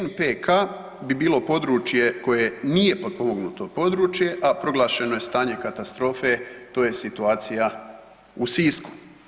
NPK bi bilo područje koje nije potpomognuto područje, a proglašeno je stanje katastrofe to je situacija u Sisku.